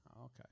Okay